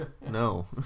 No